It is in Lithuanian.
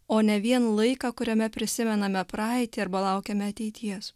o ne vien laiką kuriame prisimename praeitį arba laukiame ateities